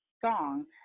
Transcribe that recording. song